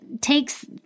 takes –